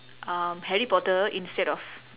um harry potter instead of